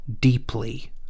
deeply